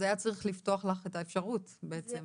אז היה צריך לפתוח לך את האפשרות הזו בעצם,